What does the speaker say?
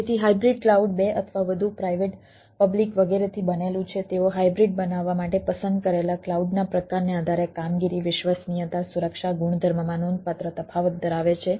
તેથી hybrid cloud બે અથવા વધુ પ્રાઇવેટ પબ્લિક વગેરેથી બનેલું છે તેઓ હાઇબ્રિડ બનાવવા માટે પસંદ કરેલા ક્લાઉડના પ્રકારને આધારે કામગીરી વિશ્વસનીયતા સુરક્ષા ગુણધર્મમાં નોંધપાત્ર તફાવત ધરાવે છે